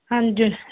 ਹਾਂਜੀ